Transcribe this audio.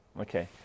Okay